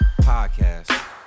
podcast